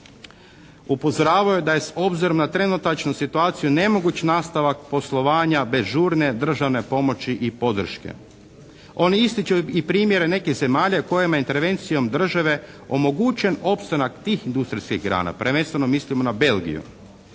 upozoravaju da je obzirom na trenutačnu situaciju nemoguć nastavak poslovanja bez žurne državne pomoći i podrške. Oni ističu i primjere nekih zemalja kojima je intervencijom države omogućen opstanak tih industrijskih grana, prvenstveno mislimo na Belgiju.